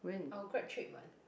our grad trip what